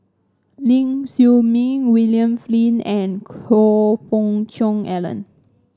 Ling Siew May William Flint and Choe Fook Cheong Alan